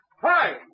Hi